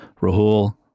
Rahul